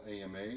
AMA